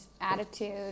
attitude